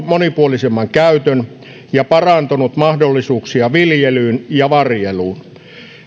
monipuolisemman käytön ja parantanut mahdollisuuksia viljelyyn ja varjeluun